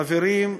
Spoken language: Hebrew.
חברים,